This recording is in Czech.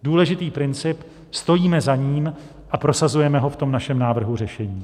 Důležitý princip, stojíme za ním a prosazujeme ho v našem návrhu řešení.